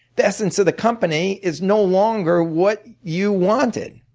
the essence of the company is no longer what you wanted.